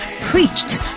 preached